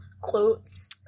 quotes